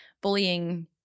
bullying